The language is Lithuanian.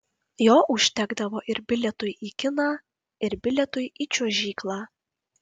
jo užtekdavo ir bilietui į kiną ir bilietui į čiuožyklą